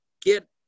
get